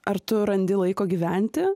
ar tu randi laiko gyventi